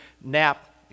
nap